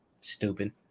Stupid